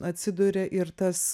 atsiduria ir tas